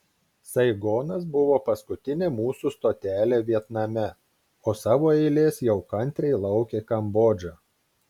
saigonas buvo paskutinė mūsų stotelė vietname o savo eilės jau kantriai laukė kambodža